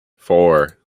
four